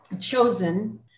chosen